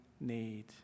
need